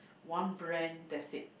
one brand that's it